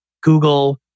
Google